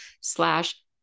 slash